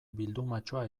bildumatxoa